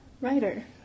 writer